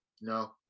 No